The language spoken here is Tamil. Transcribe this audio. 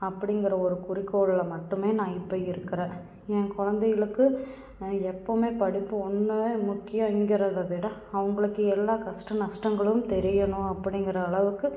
அப்படிங்கிற ஒரு குறிக்கோளோடு மட்டுமே நான் இப்போ இருக்கிறேன் என் குழந்தைகளுக்கு எப்போவுமே படிப்பு ஒன்றுதான் முக்கியங்குறதவிட அவங்களுக்கு எல்லாம் கஷ்ட நஷ்டங்களும் தெரியணும் அப்படிங்கிற அளவுக்கு